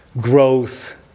growth